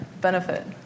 benefit